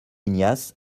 ignace